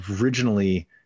Originally